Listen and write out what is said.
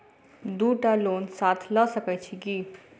दु टा लोन साथ लऽ सकैत छी की?